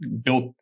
built